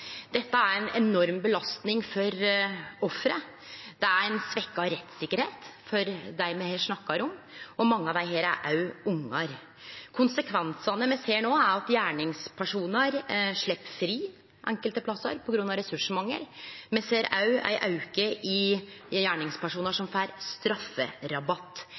Dette er ei enorm belastning for ofra. Det er ei svekt rettssikkerheit for dei me her snakkar om, og mange av dei er òg barn. Konsekvensane me ser no, er at gjerningspersonar enkelte plassar slepp fri på grunn av ressursmangel. Me ser òg ein auke i gjerningspersonar som får strafferabatt.